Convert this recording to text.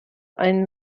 einen